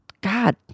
God